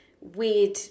weird